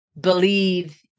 believe